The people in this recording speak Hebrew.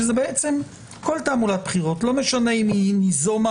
שזה כל תעמולת בחירות ולא משנה אם היא יזומה